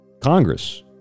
Congress